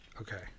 Okay